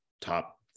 top